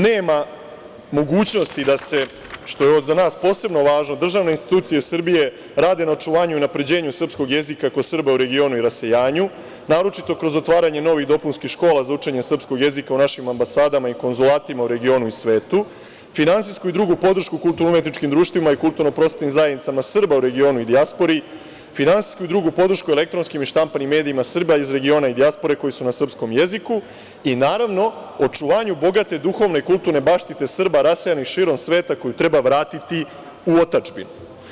Nema mogućnosti da se, što je za nas posebno važno, državne institucije Srbije rade na očuvanju i unapređenju srpskog jezika kod Srba u regionu i rasejanju, naročito kroz otvaranje novih dopunskih škola za učenje srpskog jezika u našim ambasadama i konzulatima u regionu i svetu, finansijsku i drugu podršku kulturno umetničkim društvima i kulturno prosvetnim zajednicama Srba u regionu i dijaspori, finansijsku i drugu podršku elektronskim i štampanim medijima Srba iz regiona i dijaspore koji su na srpskom jeziku i, naravno, očuvanju bogate duhovne kulturne baštine Srba rasejanih širom sveta koju treba vratiti u otadžbinu.